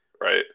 Right